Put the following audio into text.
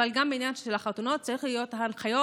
בעניין של החתונות צריך שיהיו הנחיות